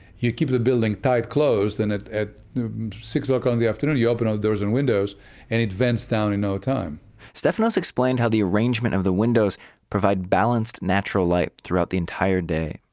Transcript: you keep the building tight closed, then at at six in like um the afternoon, you open all doors and windows and it vents down in no time stefanos explained how the arrangement of the windows provide balanced, natural light throughout the entire day.